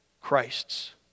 Christs